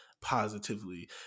positively